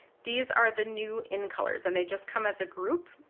these are the new in colors and they just come as a group.